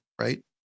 right